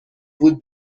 بود